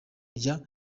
rya